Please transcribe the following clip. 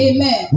Amen